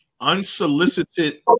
Unsolicited